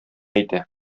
әйтә